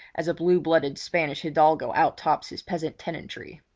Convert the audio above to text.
as a blue-blooded spanish hidalgo out-tops his peasant tenantry.